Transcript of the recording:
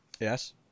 Yes